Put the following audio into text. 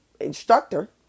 instructor